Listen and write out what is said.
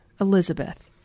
Elizabeth